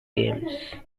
games